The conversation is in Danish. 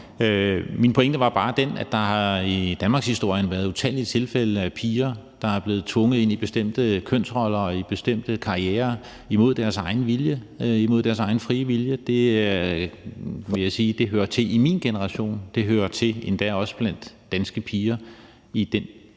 Min pointe var bare, at der i danmarkshistorien har været utallige tilfælde af piger, der er blevet tvunget ind i bestemte kønsroller og i bestemte karrierer imod deres egen frie vilje. Det vil jeg sige hører til i min generation, og det hører endda også til blandt danske piger i den